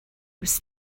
was